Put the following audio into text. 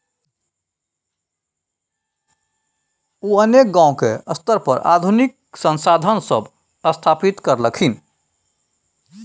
उ अनेक गांव के स्तर पर आधुनिक संसाधन सब स्थापित करलखिन